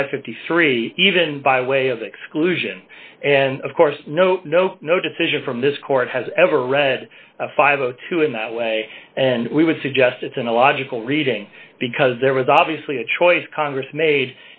and fifty three even by way of exclusion and of course no no no decision from this court has ever read five o two in that way and we would suggest it's an illogical reading because there was obviously a choice congress made